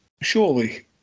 surely